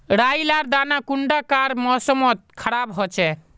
राई लार दाना कुंडा कार मौसम मोत खराब होचए?